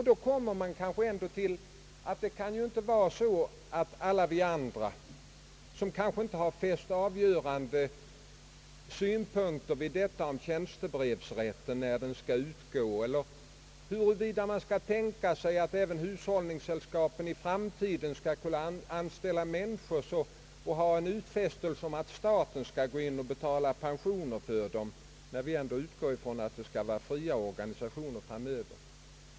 Vi andra har kanske inte fäst avgörande vikt vid sådana frågor som när tjänstebrevsrätten skall upphöra, huruvida hushållningssällskapen skall kunna anställa tjänstemän i framtiden och om staten skall betala pensioner för dem, när vi ändå utgår ifrån att sällskapen skall vara fria organisationer framöver.